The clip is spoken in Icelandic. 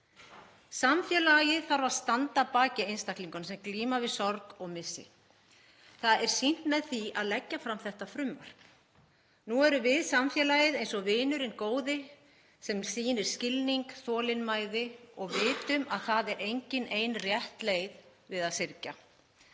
Samfélagið þarf að standa að baki einstaklingum sem glíma við sorg og missi. Það er sýnt með því að leggja fram þetta frumvarp. Nú erum við samfélagið eins og vinurinn góði sem sýnir skilning, þolinmæði og við vitum að það er engin ein rétt leið við að syrgja.